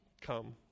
come